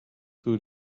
food